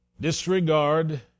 Disregard